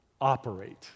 operate